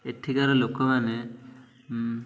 ଏଠିକାର ଲୋକମାନେ